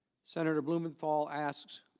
senator blumenthal asks,